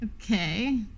Okay